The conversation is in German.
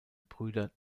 brüder